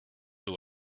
who